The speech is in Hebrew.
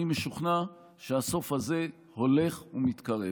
אני משוכנע שהסוף הזה הולך ומתקרב.